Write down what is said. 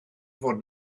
fod